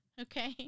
Okay